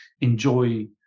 enjoy